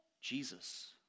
Jesus